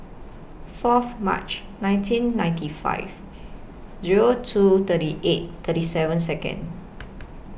Fourth March nineteen ninety five Zero two thirty eight thirty seven Second